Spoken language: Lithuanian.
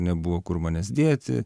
nebuvo kur manęs dėti